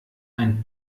ein